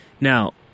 Now